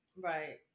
Right